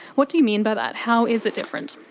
what do you mean by that? how is it different?